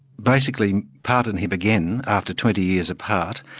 basically partnered him again after twenty years apart,